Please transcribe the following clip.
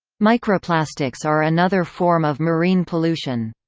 microplastics are another form of marine pollution.